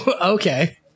okay